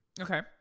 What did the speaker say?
Okay